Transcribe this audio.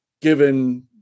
given –